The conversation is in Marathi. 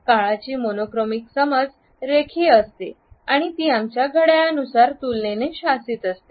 काळाची मोनो क्रॉनिक समज रेखीय असते आणि ती आमच्या घड्याळानुसार तुलनेने शासित असते